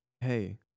hey